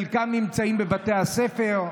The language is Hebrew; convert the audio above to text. חלקם נמצאים בבתי הספר.